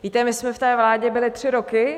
Víte, my jsme v té vládě byly tři roky.